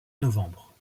novembre